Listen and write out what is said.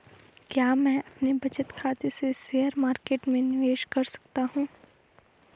क्या मैं अपने बचत खाते से शेयर मार्केट में निवेश कर सकता हूँ?